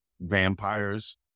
vampires